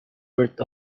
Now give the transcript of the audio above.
worth